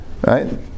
right